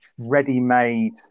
ready-made